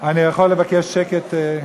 אני יכול לבקש שקט?